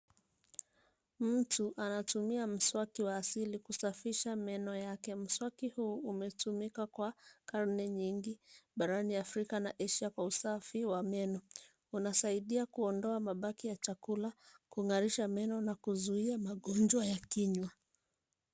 Mtu anatumia mswaki wa asili kusafisha meno yake. Mswaki huu umetumika kwa karne nyingi barabani Afrikana Asia kwa usafi wa meno. Unasaidia kuondoa mabaki ya chakula, kung'arisha meno na kuzuia magonjwa ya kinywa.